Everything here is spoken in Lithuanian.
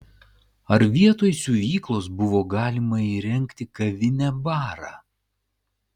ar vietoj siuvyklos buvo galima įrengti kavinę barą